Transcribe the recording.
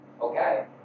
okay